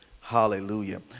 hallelujah